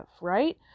right